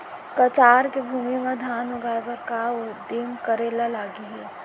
कछार के भूमि मा धान उगाए बर का का उदिम करे ला लागही?